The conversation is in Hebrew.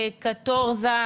קטורזה,